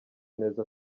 neza